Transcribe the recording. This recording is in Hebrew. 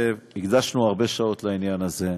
הקדשנו הרבה שעות לעניין הזה,